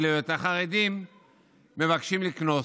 ואילו את החרדים מבקשים לקנוס.